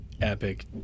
epic